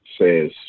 says